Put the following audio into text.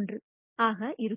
1 ஆக இருக்கும்